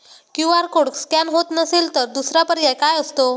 QR code scan होत नसेल तर दुसरा पर्याय काय असतो?